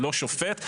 ללא שופט,